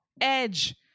Edge